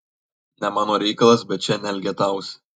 ne mano reikalas bet čia neelgetausi